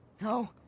No